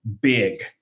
big